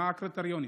מה הקריטריונים?